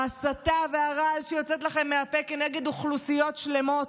ההסתה והרעל שיוצאות לכם מהפה כנגד אוכלוסיות שלמות,